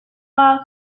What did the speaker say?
lag